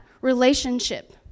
relationship